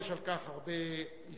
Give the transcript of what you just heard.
יש על כך הרבה הסתייגויות,